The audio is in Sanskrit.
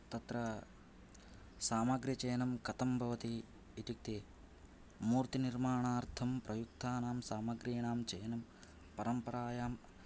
तत्र सामग्री चयनं कथं भवति इत्युक्त्ते मूर्ति निर्माणार्थं प्रयुक्तानां सामग्रिणां चयनं परम्परायां